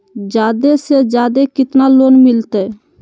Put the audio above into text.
जादे से जादे कितना लोन मिलते?